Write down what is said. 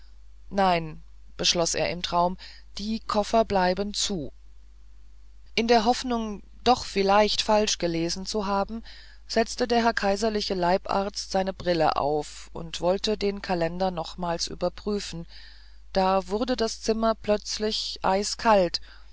nein beschloß er im traum die koffer bleiben zu in der hoffnung doch vielleicht falsch gelesen zu haben setzte der herr kaiserliche leibarzt seine brille auf und wollte den kalender nochmals nachprüfen da wurde das zimmer plötzlich eiskalt